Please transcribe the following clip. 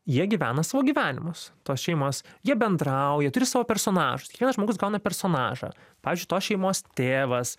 jie gyvena savo gyvenimus tos šeimos jie bendrauja turi savo personažus kiekvienas žmogus gauna personažą pavyzdžiui tos šeimos tėvas